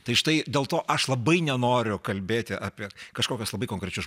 tai štai dėl to aš labai nenoriu kalbėti apie kažkokius labai konkrečius